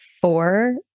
four